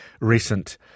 recent